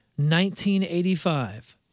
1985